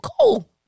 Cool